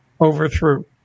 overthrew